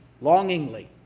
longingly